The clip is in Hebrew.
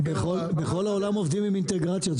בכל העולם עובדים עם אינטגרציות,